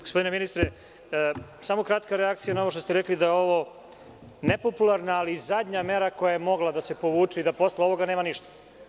Gospodine ministre, samo kratka reakcija na ono što ste rekli da je ovo nepopularna, ali zadnja mera koja je mogla da se povuče i da posle ovoga nema ništa.